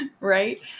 Right